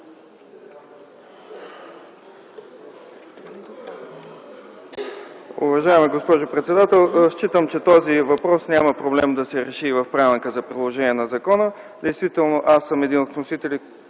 Уважаема госпожо председател, считам че този въпрос няма проблем да се реши в правилника за приложението на закона. Действително аз съм един от вносителите,